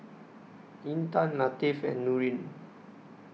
Intan Latif and Nurin